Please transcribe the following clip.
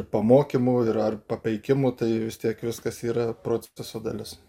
pamokymu ir ar papeikimu tai vis tiek viskas yra proceso dalis